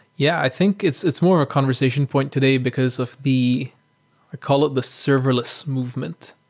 yeah, i think it's it's more of a conversation point today because of the i call it the serverless movement.